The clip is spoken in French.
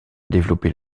développer